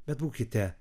bet būkite